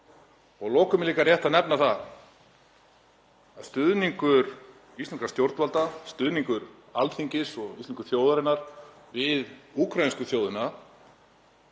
Að lokum er líka rétt að nefna það að stuðningur íslenskra stjórnvalda, stuðningur Alþingis og íslensku þjóðarinnar við úkraínsku þjóðina,